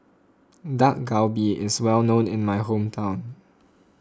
Dak Galbi is well known in my hometown